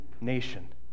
nation